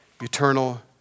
eternal